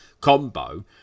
combo